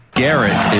garrett